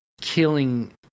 killing